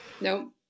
Nope